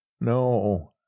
no